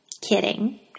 Kidding